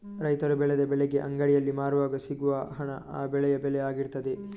ರೈತರು ಬೆಳೆದ ಬೆಳೆಗೆ ಅಂಗಡಿಯಲ್ಲಿ ಮಾರುವಾಗ ಸಿಗುವ ಹಣ ಆ ಬೆಳೆಯ ಬೆಲೆ ಆಗಿರ್ತದೆ